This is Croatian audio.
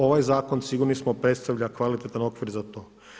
Ovaj zakon sigurni smo predstavlja kvalitetan okvir za to.